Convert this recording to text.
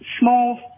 small